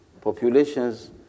populations